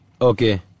Okay